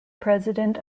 president